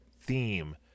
theme